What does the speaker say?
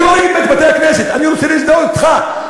אני אוהב את בתי-הכנסת, אני רוצה להזדהות אתך.